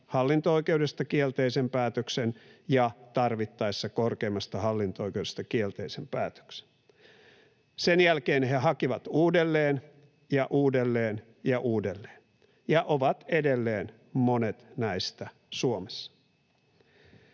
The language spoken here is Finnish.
hallinto-oikeudesta kielteisen päätöksen ja tarvittaessa korkeimmasta hallinto-oikeudesta kielteisen päätöksen. Sen jälkeen he hakivat uudelleen ja uudelleen ja uudelleen, ja monet näistä ovat